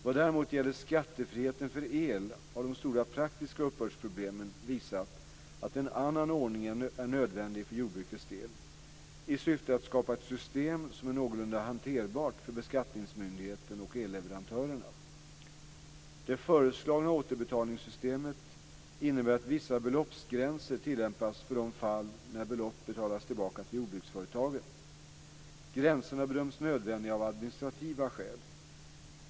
Vad däremot gäller skattefriheten för el har de stora praktiska uppbördsproblemen visat att en annan ordning är nödvändig för jordbrukets del, i syfte att skapa ett system som är någorlunda hanterbart för beskattningsmyndigheten och elleverantörerna. Det föreslagna återbetalningssystemet innebär att vissa beloppsgränser tillämpas för de fall när belopp betalas tillbaka till jordbruksföretagen. Gränserna har bedömts nödvändiga av administrativa skäl.